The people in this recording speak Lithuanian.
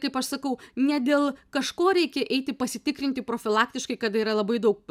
kaip aš sakau ne dėl kažko reikia eiti pasitikrinti profilaktiškai kada yra labai daug